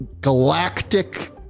galactic